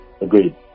agreed